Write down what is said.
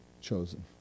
chosen